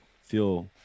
feel